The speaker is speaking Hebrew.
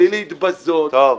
-- בלי להתבזות -- טוב.